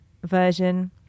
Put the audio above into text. version